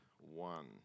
one